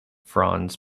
franz